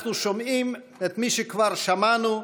אנחנו שומעים את מי שכבר שמענו,